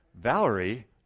Valerie